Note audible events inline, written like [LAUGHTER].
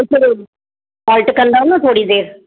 [UNINTELLIGIBLE] पाठ कंदव न थोरी देरि